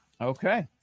Okay